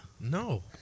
no